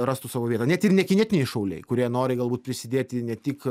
rastų savo vietą net ir nekinetiniai šauliai kurie nori galbūt prisidėti ne tik